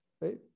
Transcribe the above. right